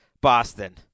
Boston